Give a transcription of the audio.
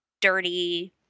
dirty